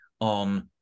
on